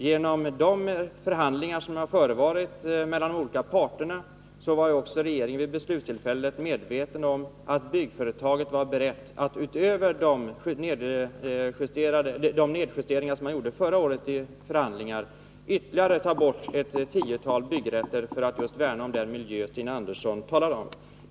Genom de förhandlingar som har förevarit mellan de olika parterna har också regeringen vid beslutstillfället varit medveten om att byggföretaget varit berett att utöver de nedjusteringar som man gjorde förra året vid förhandlingar ta bort ytterligare ett tiotal byggrätter just för att värna om den miljö som Stina Andersson talar om.